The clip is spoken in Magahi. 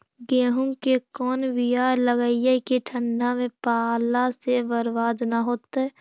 गेहूं के कोन बियाह लगइयै कि ठंडा में पाला से बरबाद न होतै?